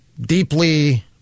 deeply